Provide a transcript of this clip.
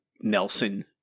Nelson